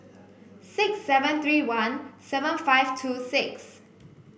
six seven three one seven five two six